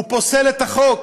הוא פוסל את החוק,